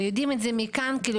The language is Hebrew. ויודעים את זה מהארץ.